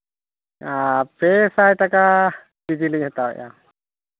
ᱦᱮᱸ ᱯᱮ ᱥᱟᱭ ᱴᱟᱠᱟ ᱠᱤᱡᱤᱞᱤᱧ ᱦᱟᱛᱟᱞᱮᱫᱼᱟ